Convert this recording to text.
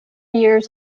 years